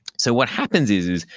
so what happens is,